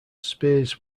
spears